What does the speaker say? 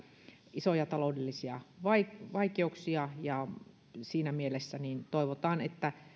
isoja taloudellisia vaikeuksia vaikeuksia siinä mielessä toivotaan että